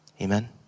Amen